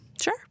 Sure